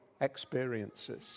experiences